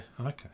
Okay